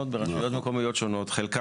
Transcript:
טוב,